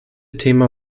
thema